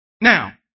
Now